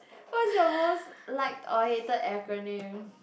what's your most liked or hated acronym